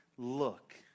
Look